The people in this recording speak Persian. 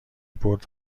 برد